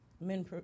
men